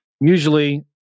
Usually